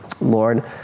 Lord